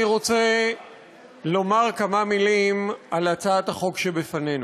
אני רוצה לומר כמה מילים על הצעת החוק שלפנינו.